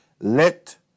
Let